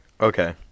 okay